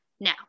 Now